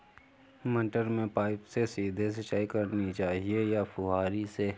मटर में पाइप से सीधे सिंचाई करनी चाहिए या फुहरी से?